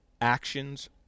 actions